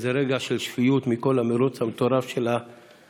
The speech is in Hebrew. איזה רגע של שפיות מכל המרוץ המטורף של המתחים,